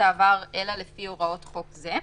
העבר של התאגיד אלא לפי הוראות חוק זה".